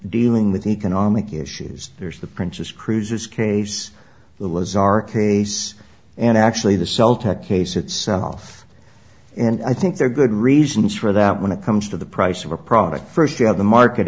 dealing with economic issues there's the princess cruises case that was our case and actually the celtic case itself and i think there are good reasons for that when it comes to the price of a product firstly of the market